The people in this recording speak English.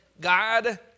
God